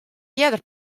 earder